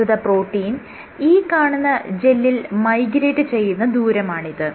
പ്രസ്തുത പ്രോട്ടീൻ ഈ കാണുന്ന ജെല്ലിൽ മൈഗ്രേറ്റ് ചെയ്ത ദൂരമാണിത്